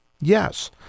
Yes